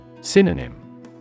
Synonym